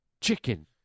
chicken